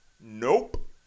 Nope